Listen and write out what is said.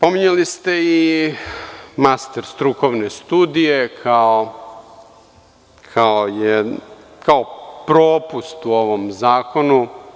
Pominjali ste i master strukovne studije kao propust u ovom zakonu.